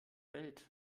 welt